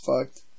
fucked